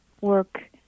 work